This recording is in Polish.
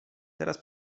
teraz